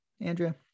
Andrea